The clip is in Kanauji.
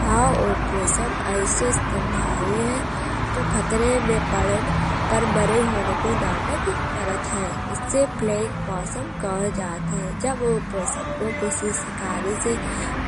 हाओ ऊपोषम ऐसो स्तंधारी है, जो खतरे में पड़न पर मरे होये को नाटक करत है। एसे प्लेइंग पोषम कहो जात है। जब ओ पोषम को कसी सिकारी से